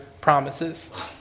promises